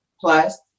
plus